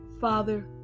Father